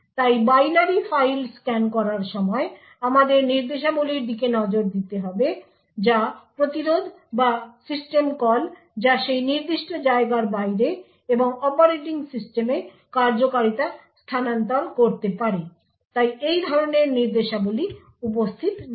তাই binary file scan করার সময় আমাদের নির্দেশাবলীর দিকে নজর দিতে হবে যা প্রতিরোধ বা সিস্টেম কল যা সেই নির্দিষ্ট জায়গার বাইরে এবং অপারেটিং সিস্টেমে কার্যকারিতা স্থানান্তর করতে পারে তাই এই ধরণের নির্দেশাবলী উপস্থিত নেই